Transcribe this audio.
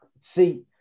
See